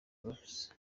prof